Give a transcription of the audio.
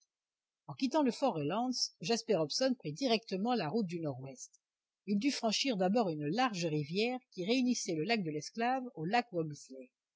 en quittant le fort reliance jasper hobson prit directement la route du nord-ouest il dut franchir d'abord une large rivière qui réunissait le lac de l'esclave au lac